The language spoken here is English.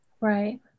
Right